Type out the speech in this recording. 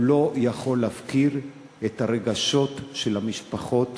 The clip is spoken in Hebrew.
לא יכול להפקיר את הרגשות של המשפחות